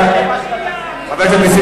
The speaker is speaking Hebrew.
רבותי, רבותי.